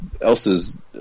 else's